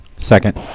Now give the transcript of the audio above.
second.